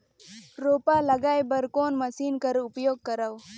रोपा लगाय बर कोन मशीन कर उपयोग करव?